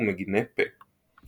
ומגיני פה.